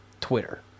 Twitter